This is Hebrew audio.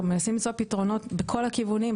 מנסים למצוא פתרונות מכל הכיוונים.